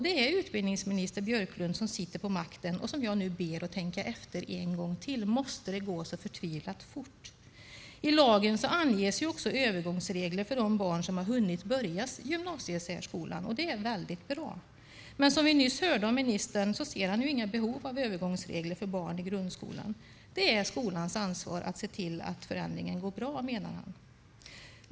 Det är utbildningsminister Björklund som sitter på makten och jag ber honom därför att tänka efter en gång till. Måste det gå så förtvivlat fort? I lagen anges övergångsregler för de barn som har hunnit börja i gymnasiesärskolan, och det är mycket bra, men som vi hörde av ministern ser han inget behov av övergångsregler för barn i grundskolan. Det är skolans ansvar att se till att förändringen går bra, menar han.